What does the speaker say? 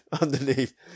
underneath